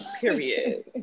period